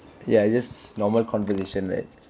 ya it's just normal conversation right